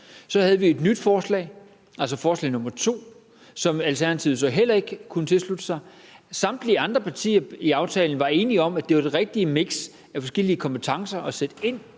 Så havde vi et nyt forslag, altså forslag nr. 2, som Alternativet så heller ikke kunne tilslutte sig. Samtlige andre partier i aftalekredsen var enige om, at det var det rigtige miks af forskellige kompetencer at sætte ind